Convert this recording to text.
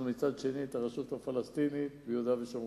ומצד שני יש לנו את הרשות הפלסטינית ביהודה ושומרון.